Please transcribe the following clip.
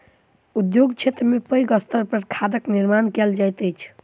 उद्योग क्षेत्र में पैघ स्तर पर खादक निर्माण कयल जाइत अछि